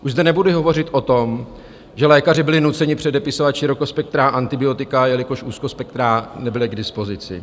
Už zde nebudu hovořit o tom, že lékaři byli nuceni předepisovat širokospektrá antibiotika, jelikož úzkospektrá nebyla k dispozici.